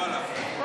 ואללה.